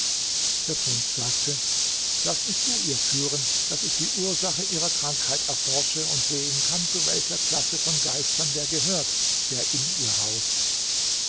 der prinz sagte laß mich zu ihr führen daß ich die ursache ihrer krankheit erforsche und sehen kann zu welcher klasse von geistern der gehört der in ihr haust